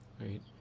right